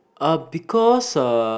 uh because uh